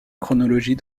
chronologie